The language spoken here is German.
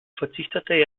verzichtete